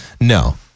no